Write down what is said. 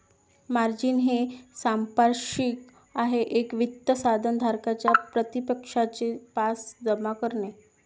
margin हे सांपार्श्विक आहे एक वित्त साधन धारकाच्या प्रतिपक्षाचे पास जमा करणे